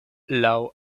laŭ